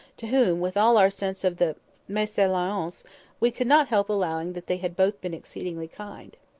to whom, with all our sense of the mesalliance, we could not help allowing that they had both been exceedingly kind?